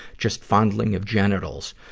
just fondling of genitals.